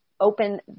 open